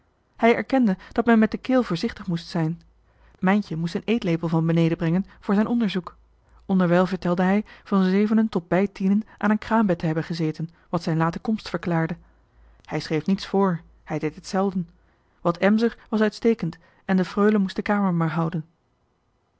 hij erkende dat men met de keel voorzichtig moest zijn mijntje moest een eetlepel van beneden brengen voor zijn onderzoek onderwijl vertelde hij van zevenen tot bij tienen aan een kraambed te hebben gezeten wat zijn late komst verklaarde hij schreef niets voor hij deed het zelden wat emser was uitstekend en de freule moest de kamer maar houden